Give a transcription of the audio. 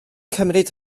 cymryd